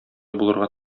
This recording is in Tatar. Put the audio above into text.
булырга